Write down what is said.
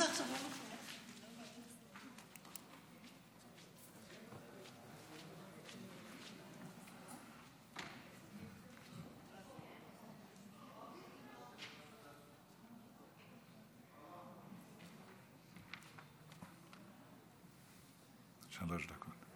שלוש דקות.